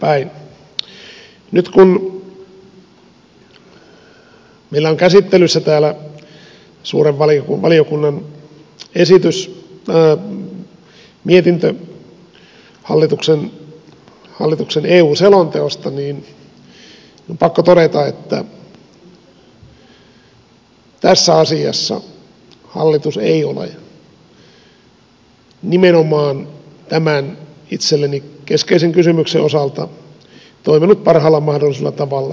nyt kun meillä on käsittelyssä täällä suuren valiokunnan mietintö hallituksen eu selonteosta niin on pakko todeta että tässä asiassa hallitus ei ole nimenomaan tämän itselleni keskeisen kysymyksen osalta toiminut parhaalla mahdollisella tavalla